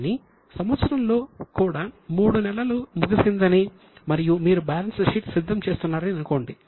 కానీ సంవత్సరంలో 3 నెలలు ముగిసిందని మరియు మీరు బ్యాలెన్స్ షీట్ సిద్ధం చేస్తున్నారని అనుకోండి